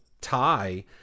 tie